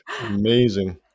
Amazing